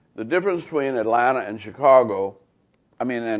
the difference between atlanta and chicago i mean, and